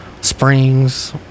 springs